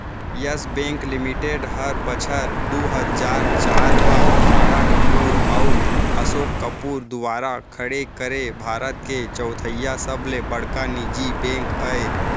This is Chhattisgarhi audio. यस बेंक लिमिटेड हर बछर दू हजार चार म राणा कपूर अउ असोक कपूर दुवारा खड़े करे भारत के चैथइया सबले बड़का निजी बेंक अय